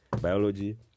biology